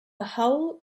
whole